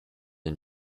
and